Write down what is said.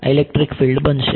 આ electric field બનશે